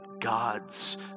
God's